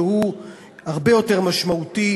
והוא הרבה יותר משמעותי,